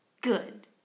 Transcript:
Good